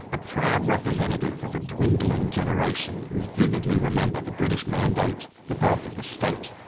a proud representative of a dwindling generation who vividly remember the british mandate, the birth of the state,